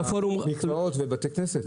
במקוואות ובבתי הכנסת?